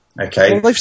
okay